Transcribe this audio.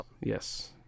yes